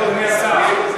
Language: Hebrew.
אחלה גן-חיות.